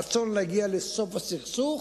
הרצון להגיע לסוף הסכסוך,